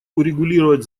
урегулировать